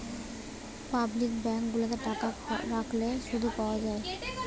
public bank গুলাতে টাকা রাখলে শুধ পাওয়া যায়